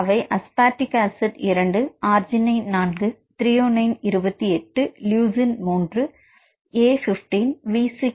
அவை aspartic acid 2 arginine 4 threonine 28 leucine 3 A 15 V6 F7 and G8